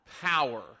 power